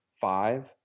Five